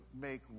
make